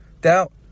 doubt